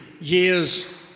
years